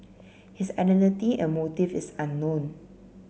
his identity and motive is unknown